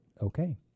Okay